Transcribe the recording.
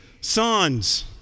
sons